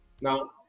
now